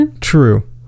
true